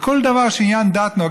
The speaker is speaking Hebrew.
בכל דבר שנוגע בעניין דת,